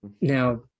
now